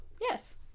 Yes